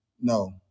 no